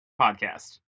podcast